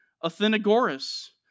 Athenagoras